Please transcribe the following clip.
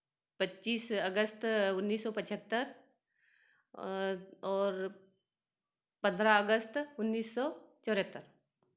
पच्चीस अगस्त उन्नीस सौ पचहत्तर और पंद्रह अगस्त उन्नीस सौ चौहत्तर